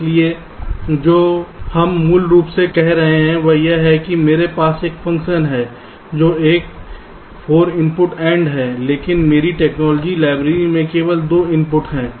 इसलिए जो हम मूल रूप से कह रहे हैं वह यह है कि मेरे पास एक फ़ंक्शन है जो एक 4 इनपुट AND है लेकिन मेरी टेक्नोलॉजी लाइब्रेरी में केवल 2 इनपुट हैं